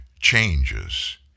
changes